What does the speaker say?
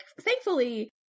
thankfully